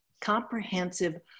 comprehensive